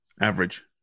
average